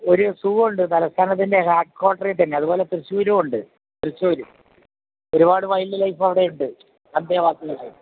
ഒരു സൂ ഉണ്ട് തലസ്ഥാനത്തിൻ്റെ ഹാട്ട് കോട്ട്രിത്തന്നെ അതുപോലെ തൃശ്ശൂരുമുണ്ട് തൃശ്ശൂർ ഒരുപാട് വൈൽഡ് ലൈഫ് അവിടെ ഉണ്ട് അന്തേവാസികളായിട്ട്